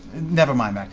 never mind that.